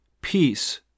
peace